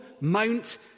Mount